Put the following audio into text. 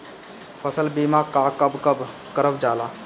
फसल बीमा का कब कब करव जाला?